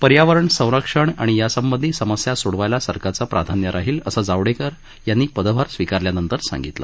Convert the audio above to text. पर्यावरण संरक्षण आणि यासंबंधी समस्या सोडवायला सरकारचं प्राधान्य राहील असं जावडेकर यांनी पदभार स्वीकारल्यानंतर सांगितलं